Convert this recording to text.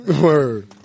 Word